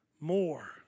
more